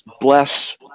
bless